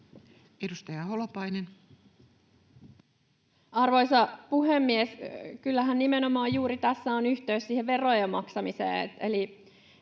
19:50 Content: Arvoisa puhemies! Kyllähän nimenomaan juuri tässä on yhteys siihen verojen maksamiseen.